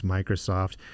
Microsoft